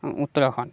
Uttarakhand